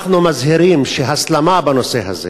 אנחנו מזהירים שהסלמה בנושא הזה,